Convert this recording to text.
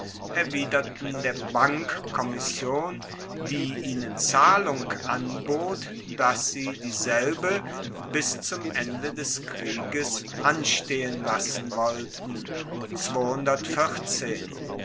erwiderten der bankkommission die ihnen zahlung anbot dass sie dieselbe bis zum ende des krieges anstehen lassen wollten